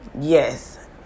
yes